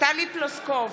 טלי פלוסקוב,